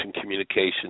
communication